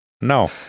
no